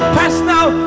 personal